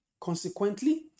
Consequently